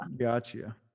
Gotcha